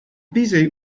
busy